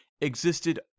existed